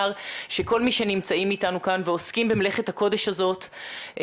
שכל מי שנמצאים איתנו כאן ועוסקים במלאכת הקודש הזאת,